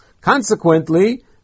Consequently